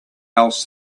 else